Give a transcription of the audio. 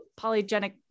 polygenic